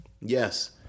yes